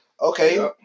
Okay